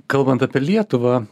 kalbant apie lietuvą